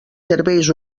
serveis